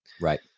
right